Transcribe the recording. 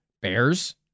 Bears